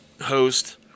Host